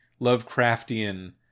Lovecraftian